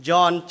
John